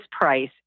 price